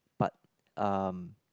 but um